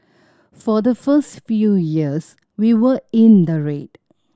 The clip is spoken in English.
for the first few years we were in the red